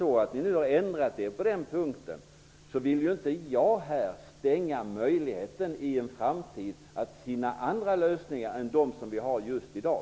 Om ni har ändrat er på den punkten, så vill inte jag här stänga möjligheten att i en framtid finna andra lösningar än dem vi har i dag.